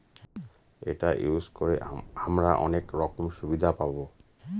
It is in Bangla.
এটা ইউজ করে হামরা অনেক রকম সুবিধা পাবো